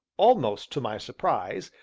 almost to my surprise,